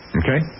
okay